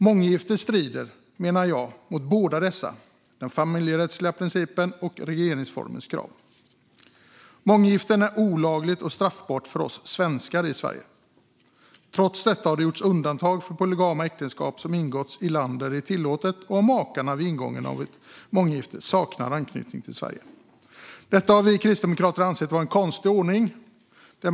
Månggifte strider, menar jag, mot båda dessa: den familjerättsliga principen och regeringsformens krav. Månggifte är olagligt och straffbart för oss svenskar i Sverige. Trots detta har det gjorts undantag för polygama äktenskap som ingåtts i land där det är tillåtet och om makarna vid ingången av ett månggifte saknat anknytning till Sverige. Detta har vi kristdemokrater ansett vara en konstig ordning.